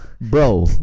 Bro